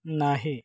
नाही